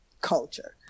culture